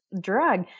drug